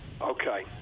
Okay